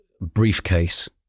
briefcase